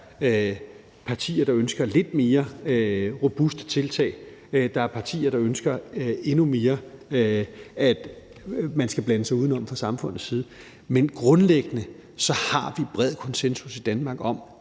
Der er partier, der ønsker lidt mere robuste tiltag; der er partier, der ønsker, at man skal blande sig endnu mere udenom fra samfundets side, men grundlæggende har vi bred konsensus i Danmark om,